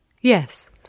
yes